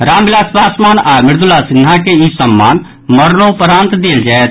रामविलास पासवान आओर मृदुला सिन्हा के ई सम्मान मरणोपरांत देल जायत